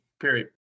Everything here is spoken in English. period